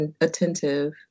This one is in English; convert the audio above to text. attentive